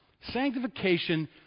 Sanctification